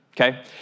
Okay